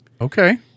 Okay